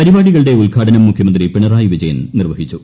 പരിപാടികളുടെ ഉദ്ഘാടനം മുഖ്യമന്ത്രി പിണറായി വിജയൻ നിർവഹിച്ചു